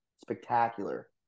spectacular